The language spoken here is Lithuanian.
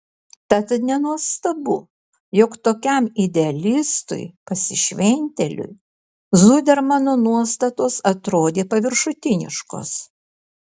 tad nenuostabu jog tokiam idealistui pasišventėliui zudermano nuostatos atrodė paviršutiniškos